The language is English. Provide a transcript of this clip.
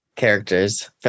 characters